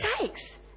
takes